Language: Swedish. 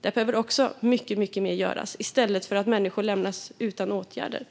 Där behöver också mycket mer göras, i stället för att människor lämnas utan åtgärder.